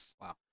Wow